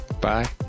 bye